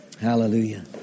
Hallelujah